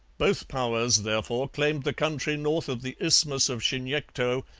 both powers, therefore, claimed the country north of the isthmus of chignecto,